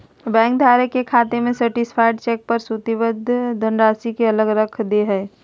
bank धारक के खाते में सर्टीफाइड चेक पर सूचीबद्ध धनराशि के अलग रख दे हइ